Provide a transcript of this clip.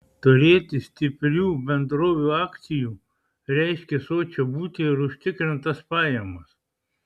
turėti stiprių bendrovių akcijų reiškė sočią būtį ir užtikrintas pajamas